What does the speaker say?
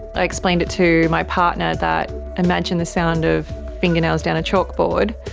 i explained it to my partner, that imagine the sound of fingernails down a chalkboard,